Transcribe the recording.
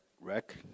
wreck